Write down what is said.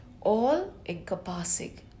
all-encompassing